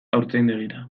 haurtzaindegira